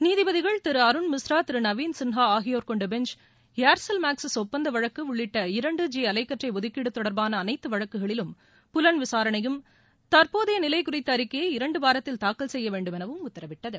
நீதிபதிகள் திரு அருண் மிஸ்ரா திரு நவீன் சின்ஹா ஆகியோர் கொண்ட பெஞ்ச் ஏர்செல் மாக்சிஸ் ஒப்பந்த வழக்கு உள்ளிட்ட இரண்டு ஜி அலைக்கற்றை ஒதுக்கீடு தொடர்பான அனைத்து வழக்குகளிலும் புலன் விசாரணையும் தற்போதைய நிலை குறித்த அறிக்கையை இரண்டு வாரத்தில் தாக்கல் செய்ய வேண்டும் எனவும் உத்தரவிட்டது